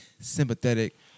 sympathetic